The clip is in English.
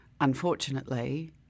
unfortunately